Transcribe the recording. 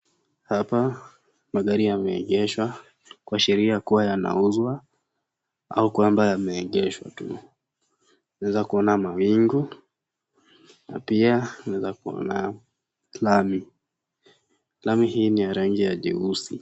Hapa magari yameegeshwa kuashiria kluwa yanauzwa au kwamba yameegeshwa tu. Tunaeza kuona mawingu na pia tunaweza kuona lami. Lami hii ni ya rangi ya jeusi.